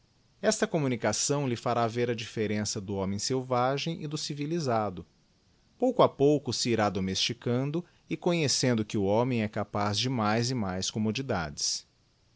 esta communicação lhe fitf a mf ú dfifleíença do homem seivageto e áo civllisado sotíco a pouco se ííá ddmesficando e conhecendo qiie o ómem é capai de ntiais e mais cotítmodidades